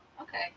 Okay